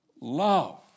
love